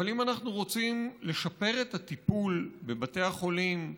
אבל אם אנחנו רוצים לשפר את הטיפול בבתי החולים,